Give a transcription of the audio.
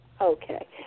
Okay